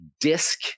DISC